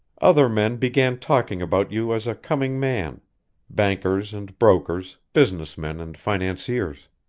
other men began talking about you as a coming man bankers and brokers, business men and financiers.